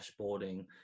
dashboarding